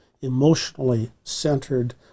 emotionally-centered